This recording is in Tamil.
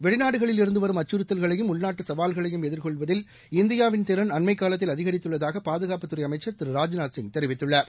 வெளிநாடுகளில் இருந்துவரும் அச்சுறுத்தல்களையும் உள்நாட்டுசவால்களையும் எதிர்கொள்வதில் இந்தியாவின் திறன் அண்மைக் காலத்தில் அதிகரித்துள்ளதாகபாதுகாட்புத்துறைஅமைச்சர் திரு ராஜ்நாத்சிய் தெரிவித்துள்ளார்